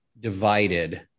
divided